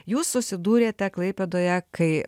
jūs susidūrėte klaipėdoje kai